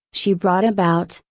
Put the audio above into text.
she brought about,